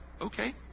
okay